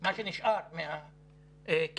מה שנשאר מהכסף.